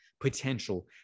potential